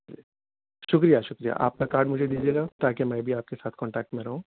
جی شکریہ شکریہ آپ کا کارڈ مجھے دیجیے گا تاکہ میں بھی آپ کے ساتھ کانٹیکٹ میں رہوں